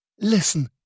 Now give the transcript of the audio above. Listen